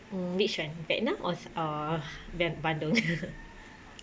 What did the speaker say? um which one vietnam or uh the bandung